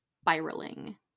spiraling